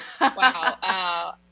Wow